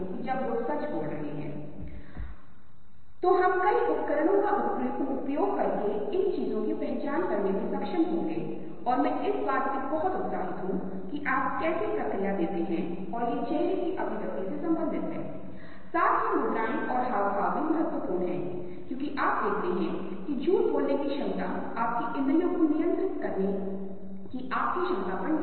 इसलिए अनुभूति काफी अच्छी नहीं है अनुभूति वह है जहां हम अपने आस पास की हर चीज का अनुभव कर रहे हैं लेकिन ध्यान केंद्रित वह है जहां हम एक समय मे चीजों के एक पहलू में भाग ले रहे हैं एक और कृपया याद रखें यहां तक कि जो लोग मल्टीटास्कर हैं वहां संभावना है जो अनुसंधान हमें बताता है कि केवल 10 प्रतिशत से कम लोग वास्तव में एक ही समय में दो काम करने के लिए उपस्थित हो सकते हैं या वे वास्तव में वास्तविक मल्टीटास्कर हैं हम में से अधिकांश केवल एक समय में एक काम करने में सक्षम हैं एक समय में एक चीज में भाग लेना